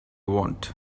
want